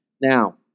Now